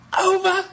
Over